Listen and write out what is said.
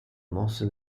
mosse